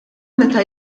meta